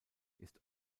ist